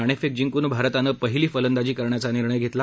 नाणेफेक जिंकून भारतानं पहिली फलंदाजी करण्याचा निर्णय घेतला